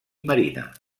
marina